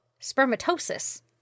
spermatosis